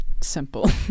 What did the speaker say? simple